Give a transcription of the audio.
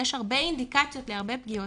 יש הרבה אינדיקציות להרבה פגיעות,